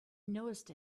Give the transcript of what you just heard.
noticed